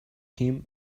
him